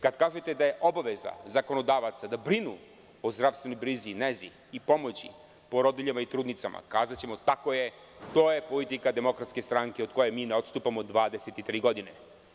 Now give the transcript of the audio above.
Kada kažete da je obaveza zakonodavaca da brinu o zdravstvenoj brizi, nezi i pomoći porodiljama i trudnicama, kazaćemo – tako je, to je politika DS od koje mi ne odstupamo 23 godine.